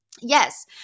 Yes